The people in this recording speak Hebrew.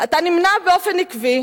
אתה נמנע באופן עקבי